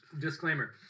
Disclaimer